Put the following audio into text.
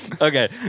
Okay